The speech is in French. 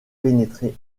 pénétrer